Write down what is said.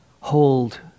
hold